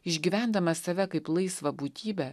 išgyvendamas save kaip laisvą būtybę